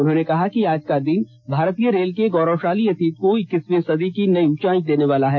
उन्होंने कहा कि आज का दिन भारतीय रेल के गौरवशाली अतीत को इक्कीसवीं सदी की नई उंचाई देने वाला है